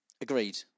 agreed